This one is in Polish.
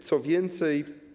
Co więcej?